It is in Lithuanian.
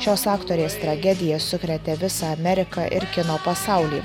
šios aktorės tragedija sukrėtė visą ameriką ir kino pasaulį